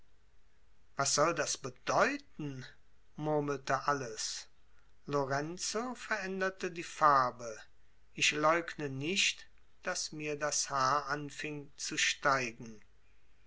was soll das bedeuten murmelte alles lorenzo veränderte die farbe ich leugne nicht daß mir das haar anfing zu steigen